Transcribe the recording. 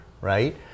right